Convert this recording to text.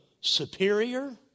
superior